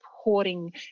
supporting